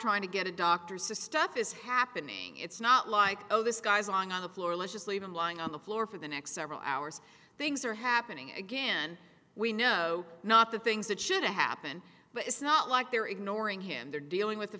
trying to get a doctor says stuff is happening it's not like oh this guy's long on the floor let's just leave him lying on the floor for the next several hours things are happening again we know not the things that should happen but it's not like they're ignoring him they're dealing with the